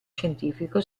scientifico